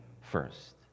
first